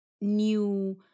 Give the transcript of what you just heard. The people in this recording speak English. new